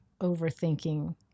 overthinking